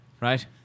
right